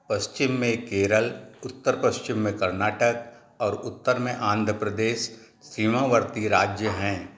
पश्चिम में केरल उत्तर पश्चिम में कर्नाटक और उत्तर में आंध्र प्रदेश सीमावर्ती राज्य हैं